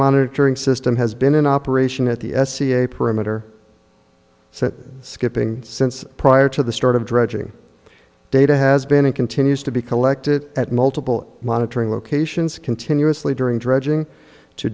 monitoring system has been in operation at the s c a perimeter so skipping since prior to the start of dredging data has been and continues to be collected at multiple monitoring locations continuously during dredging to